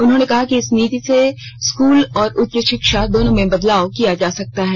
उन्होंने कहा कि इस नीति से स्कूल और उच्च शिक्षा दोनों में बदलाव किया जा सकता है